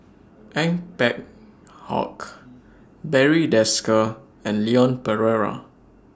Ong Peng Hock Barry Desker and Leon Perera